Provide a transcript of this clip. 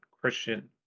Christian